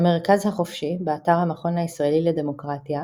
המרכז החופשי, באתר המכון הישראלי לדמוקרטיה